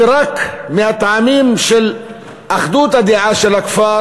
ורק מהטעמים של אחדות הדעה של הכפר